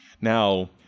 Now